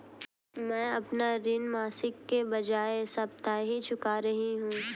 मैं अपना ऋण मासिक के बजाय साप्ताहिक चुका रही हूँ